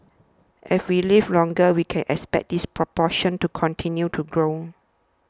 as we live longer we can expect this proportion to continue to grow